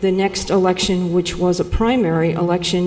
the next election which was a primary election